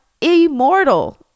immortal